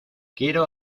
quiero